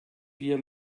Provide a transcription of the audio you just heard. wir